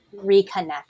reconnect